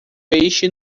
peixe